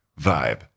vibe